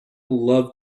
love